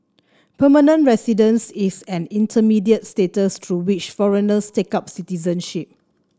permanent residence is an intermediate status through which foreigners take up citizenship